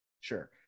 Sure